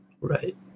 right